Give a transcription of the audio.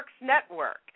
Network